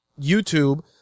YouTube